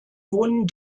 wohnen